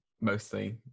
mostly